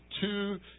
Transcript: two